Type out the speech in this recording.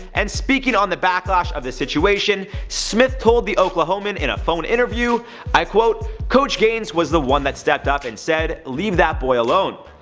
and speaking on the backlash of the situation, smith told the oklahoman in a phone interview coach gaines was the one that stepped up and said, leave that boy alone.